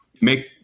make